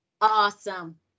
Awesome